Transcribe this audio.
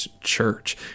church